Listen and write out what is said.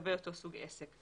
לגבי אותו סוג עסק.